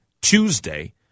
Tuesday